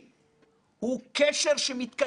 לשלם עליהם כי נעשו דברים.